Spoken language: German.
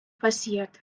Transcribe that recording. passiert